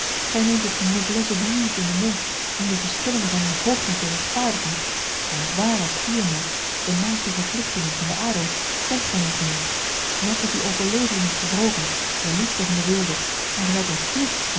gij neemt het noblesse oblige in den mond om de verspillingen van uw hoogmoed te rechtvaardigen maar ware fierheid de naaste verplichtingen van den adel kent gij niet meer gij hebt met uwe overleveringen gebroken ter liefde van de weelde en gij zoudt een fielt